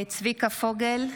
צביקה פוגל,